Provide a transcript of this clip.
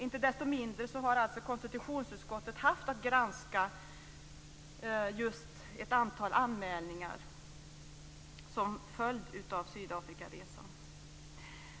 Icke desto mindre har konstitutionsutskottet haft att granska ett antal anmälningar som har följt av Sydafrikaresan.